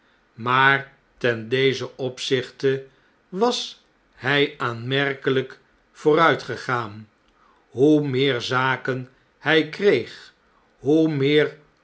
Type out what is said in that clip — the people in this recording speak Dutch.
maar ten dezen opzichte was hy aanmerkeljjk vooruitgegaan hoe meer zaken hy kreeg hoe meer